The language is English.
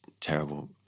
terrible